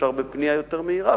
אפשר בפנייה יותר מהירה,